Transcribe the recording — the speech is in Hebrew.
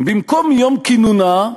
במקום "מיום כינונה"